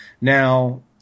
Now